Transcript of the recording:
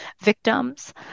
victims